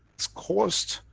it's caused,